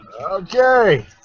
Okay